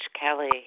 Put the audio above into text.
Kelly